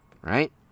right